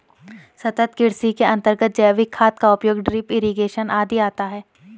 सतत् कृषि के अंतर्गत जैविक खाद का उपयोग, ड्रिप इरिगेशन आदि आता है